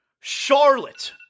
Charlotte